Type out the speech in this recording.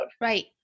Right